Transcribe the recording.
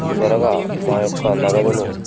త్వరగా మాయొక్క నగదును